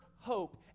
hope